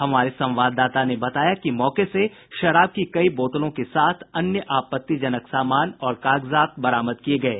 हमारे संवाददाता ने बताया कि मौके से शराब की कई बोतलों के साथ अन्य आपत्तिजनक सामान और कागजात बरामद किये गये